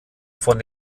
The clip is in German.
von